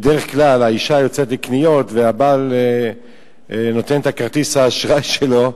בדרך כלל האשה יוצאת לקניות והבעל נותן את כרטיס האשראי שלו,